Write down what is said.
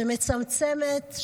שמצמצמת,